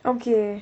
okay